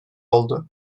oldu